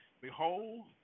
Behold